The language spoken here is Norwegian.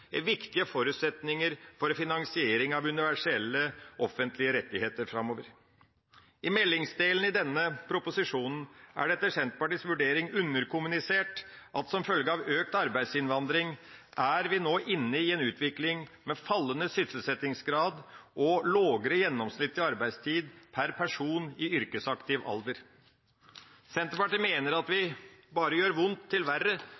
– viktige forutsetninger for finansiering av universelle offentlige rettigheter framover. I meldingsdelen av denne proposisjonen er det etter Senterpartiets vurdering underkommunisert at som følge av økt arbeidsinnvandring er vi nå inne i en utvikling med fallende sysselsettingsgrad og lavere gjennomsnittlig arbeidstid per person i yrkesaktiv alder. Senterpartiet mener at det bare gjør vondt verre hvis vi prøver å løse framtidas utfordringer knyttet til